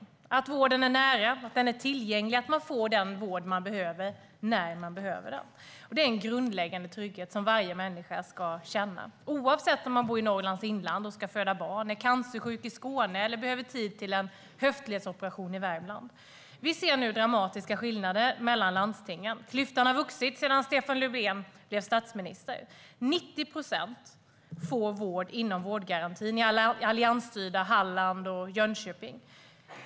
Det handlar om att vården är nära, att den är tillgänglig och att man får den vård man behöver när man behöver den. Det är en grundläggande trygghet som varje människa ska känna, oavsett om man bor i Norrlands inland och ska föda barn, om man är cancersjuk i Skåne eller om man behöver tid till en höftledsoperation i Värmland. Vi ser nu dramatiska skillnader mellan landstingen. Klyftan har vuxit sedan Stefan Löfven blev statsminister. 90 procent får vård inom vårdgarantin i alliansstyrda Halland och Jönköping.